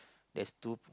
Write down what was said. that's two